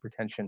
hypertension